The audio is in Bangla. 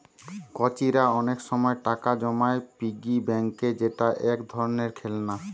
কচিরা অনেক সময় টাকা জমায় পিগি ব্যাংকে যেটা এক ধরণের খেলনা